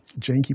janky